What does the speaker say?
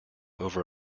over